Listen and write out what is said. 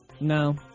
No